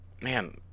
man